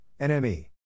NME